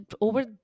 over